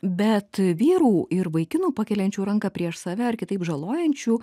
bet vyrų ir vaikinų pakeliančių ranką prieš save ar kitaip žalojančių